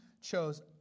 chose